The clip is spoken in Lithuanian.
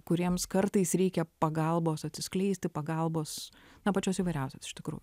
kuriems kartais reikia pagalbos atsiskleisti pagalbos na pačios įvairiausios iš tikrųjų